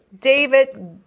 David